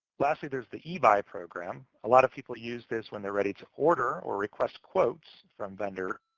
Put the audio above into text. lastly, there's the ebuy program. a lot of people use this when they're ready to order or request quotes from vendors,